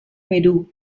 perú